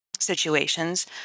situations